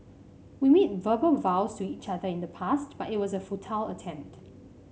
we made verbal vows to each other in the past but it was a futile attempt